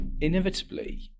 inevitably